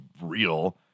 real